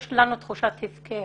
יש לנו תחושת הפקר.